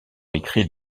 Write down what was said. écrit